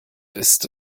ist